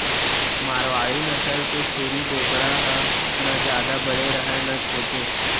मारवाड़ी नसल के छेरी बोकरा ह न जादा बड़े रहय न छोटे